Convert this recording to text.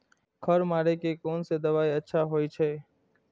खर मारे के कोन से दवाई अच्छा होय छे?